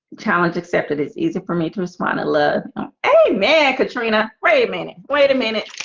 challenge accepted it's easy for me to respond. i love a man katrina raining. wait a minute